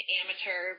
amateur